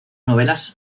novelas